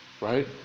right